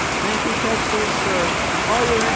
thank you tedsters for all your